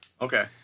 Okay